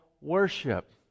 worship